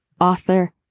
author